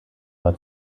war